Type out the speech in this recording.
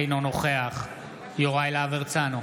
אינו נוכח יוראי להב הרצנו,